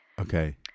Okay